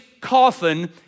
coffin